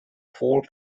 four